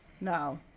No